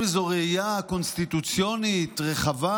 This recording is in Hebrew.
האם זו ראייה קונסטיטוציונית רחבה,